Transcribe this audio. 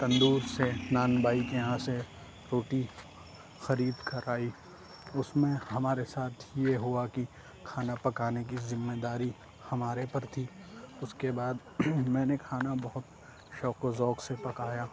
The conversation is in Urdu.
تندور سے نان بھائی کے یہاں سے روٹی خرید کر آئی اُس میں ہمارے ساتھ یہ ہُوا کہ کھانا پکانے کی ذمہ داری ہمارے پر تھی اُس کے بعد میں نے کھانا بہت شوق و ذوق سے پکایا